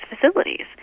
facilities